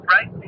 Right